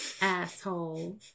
Asshole